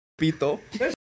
pito